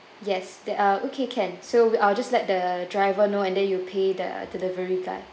yes there are okay can so I'll just let the driver know and then you pay the delivery guy